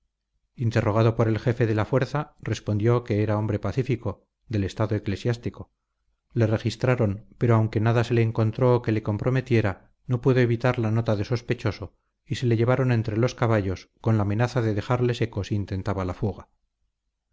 interrogado por el jefe de la fuerza respondió que era hombre pacífico del estado eclesiástico le registraron pero aunque nada se le encontró que le comprometiera no pudo evitar la nota de sospechoso y se le llevaron entre los caballos con la amenaza de dejarle seco si intentaba la fuga